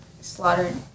slaughtered